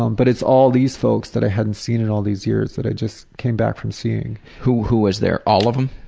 um but it's all these that i hadn't seen in all these years that i just came back from seeing. who who was there all of them?